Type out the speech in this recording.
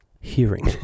hearing